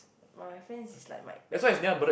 my friend is like my batch